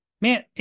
man